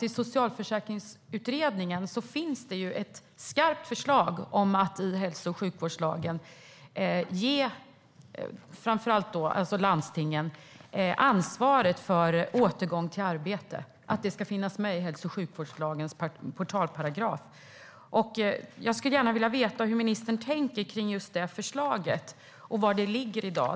I Socialförsäkringsutredningen finns det ett skarpt förslag om att i hälso och sjukvårdslagen ge framför allt landstingen ansvaret för återgång till arbete, att det ska finnas med i hälso och sjukvårdslagens portalparagraf. Jag skulle gärna vilja veta hur ministern tänker kring just det förslaget och var det ligger i dag.